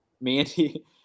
Mandy